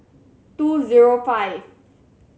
two zero five